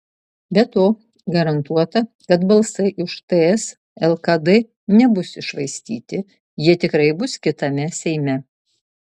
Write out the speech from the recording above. be to garantuota kad balsai už ts lkd nebus iššvaistyti jie tikrai bus kitame seime